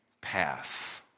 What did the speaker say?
pass